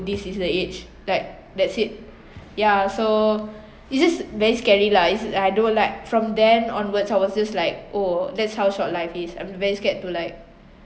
this is the age like that's it yeah so it's just very scary lah it's like from then onwards I was just like oh that's how short life is I’m very scared to like